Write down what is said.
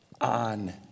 on